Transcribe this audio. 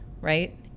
right